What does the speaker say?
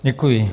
Děkuji.